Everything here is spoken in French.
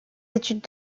études